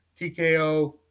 TKO